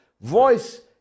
voice